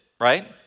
Right